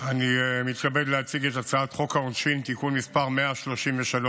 אני מתכבד להציג את הצעת חוק העונשין (תיקון מס' 133,